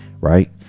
right